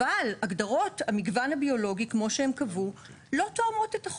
אבל הגדרות המגוון הביולוגי כמו שהם קבעו לא תואמות את החוק.